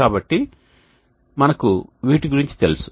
కాబట్టి మనకు వీటి గురించి తెలుసు